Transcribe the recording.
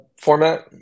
format